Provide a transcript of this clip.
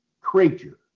creature